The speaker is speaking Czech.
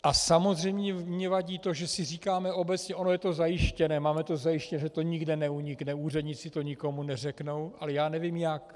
A samozřejmě mi vadí to, že si říkáme obecně: ono je to zajištěné, máme to zajištěné, že to nikde neunikne, úředníci to nikomu neřeknou ale já nevím jak.